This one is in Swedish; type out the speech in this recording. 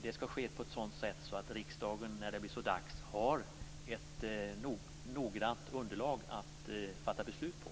Det skall ske på ett sådant sätt att riksdagen, när det blir så dags, har ett noggrant underlag att fatta beslut på.